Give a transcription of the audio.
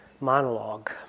monologue